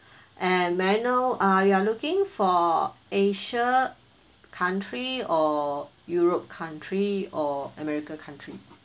and may I know uh you are looking for asia country or europe country or america country